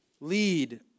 Lead